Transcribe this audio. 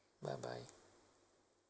bye bye